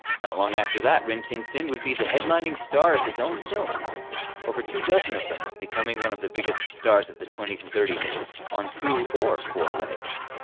not long after that rin tin tin would be the headlining star of his own films over two dozen of them, becoming one of the biggest stars of the twenty s and thirty s on two or four legs.